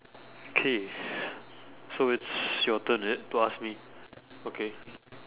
okay so it's your turn is it to ask me okay